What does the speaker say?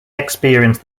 experience